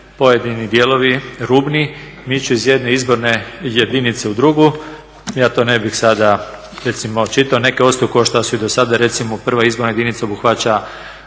pojedini dijelovi rubni miču iz jedne izborne jedinice u drugu. Ja to ne bih sada recimo čitao, neka ostaju kao što su i do sada. Recimo prva izborna jedinica obuhvaća